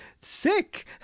sick